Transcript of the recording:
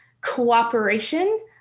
cooperation